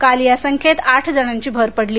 काल या संख्येत आठ ची भर पडली